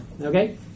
Okay